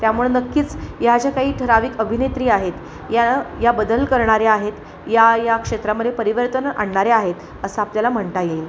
त्यामुळे नक्कीच ह्या ज्या काही ठराविक अभिनेत्री आहेत या या बदल करणाऱ्या आहेत या या क्षेत्रामध्ये परिवर्तन आणणाऱ्या आहेत असं आपल्याला म्हणता येईल